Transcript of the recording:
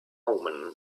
omen